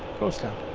ghost town.